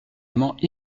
amants